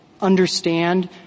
understand